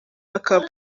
akaba